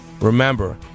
Remember